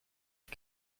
die